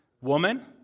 Woman